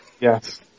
yes